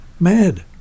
Mad